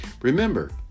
Remember